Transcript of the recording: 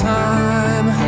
time